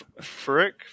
Frick